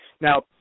Now